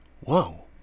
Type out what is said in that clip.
Whoa